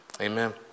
Amen